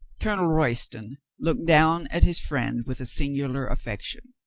colonel royston looked down at his friend with a singular affection.